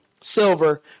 silver